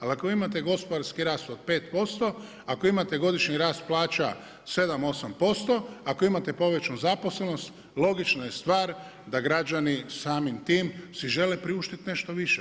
Ali ako vi imate gospodarski rast od 5%, ako imate godišnji rast plaća 7, 8%, ako imate povećanu zaposlenost logična je stvar da građani samim tim si žele priuštiti nešto više.